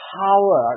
power